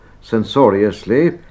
censoriously